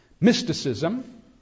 Mysticism